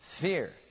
Fear